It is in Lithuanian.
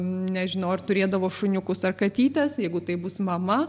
nežinau ar turėdavo šuniukus ar katytes jeigu taip bus mama